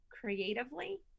creatively